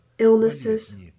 Illnesses